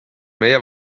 meie